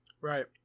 Right